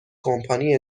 کمپانی